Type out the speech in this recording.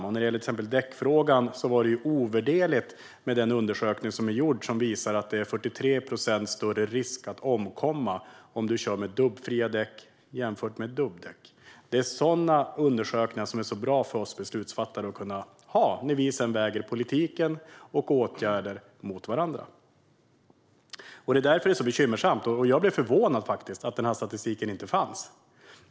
När det gäller till exempel däckfrågan var det ovärderligt med undersökningen som visade att det är 43 procent större risk att omkomma om du kör med dubbfria däck jämfört med dubbdäck. Sådana undersökningar är bra att ha för oss beslutsfattare när vi sedan väger politik och åtgärder mot varandra. Därför är det bekymmersamt att den här statistiken inte fanns. Det förvånade mig.